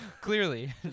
Clearly